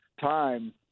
time